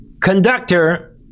conductor